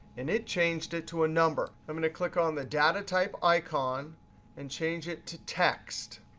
and it changed it to a number. i'm going to click on the data type icon and change it to text.